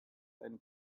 einen